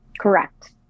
Correct